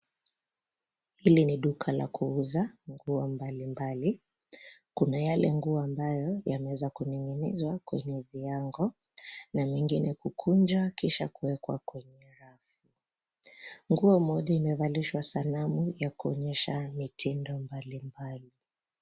Hili ni duka la kuuza nguo mbalimbali. Kuna yale nguo ambayo yameweza kuning'inizwa kwenye viango na mingine kukunjwa kisha kuwekwa kwenye rafu. Nguo moja imevalishwa sanamu ya kuonyesha mitindo mbalimbali.